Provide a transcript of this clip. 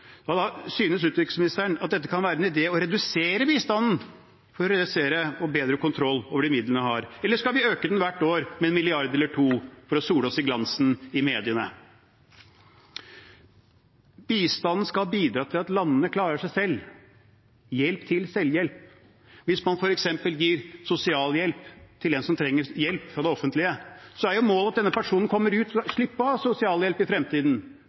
Synes utviklingsministeren at det kan være en idé å redusere bistanden for å få bedre kontroll over de midlene man har? Eller skal vi øke den hvert år, med en milliard eller to, for å sole oss i glansen i mediene? Bistanden skal bidra til at landene klarer seg selv – hjelp til selvhjelp. Hvis man f.eks. gir sosialhjelp til en som trenger hjelp fra det offentlige, er jo målet at denne personen kommer ut av det og skal slippe å ha sosialhjelp i fremtiden.